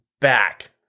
back